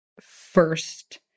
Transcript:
first